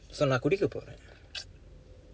so நான் குடிக்க போறேன்:naan kudikka pooreen